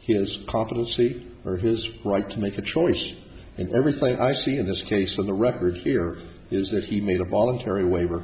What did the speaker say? his competency or his right to make a choice and everything i see in his case on the record here is that he made a voluntary waiver